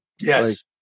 Yes